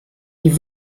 die